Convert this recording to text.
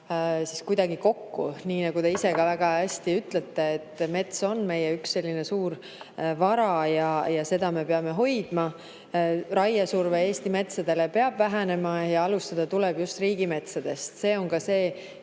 kuidagi kokku. Nii nagu te ise ka väga hästi ütlesite, mets on meie suur vara ja seda me peame hoidma. Raiesurve Eesti metsadele peab vähenema ja alustada tuleb just riigimetsadest. Me oleme